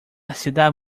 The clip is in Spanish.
ciudad